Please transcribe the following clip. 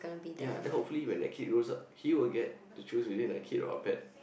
ya then hopefully when the kid grows up he will get to choose between a kid or a pet